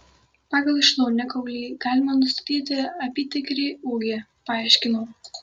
pagal šlaunikaulį galima nustatyti apytikrį ūgį paaiškinau